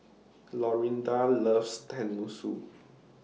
Lorinda loves Tenmusu